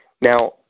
Now